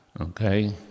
okay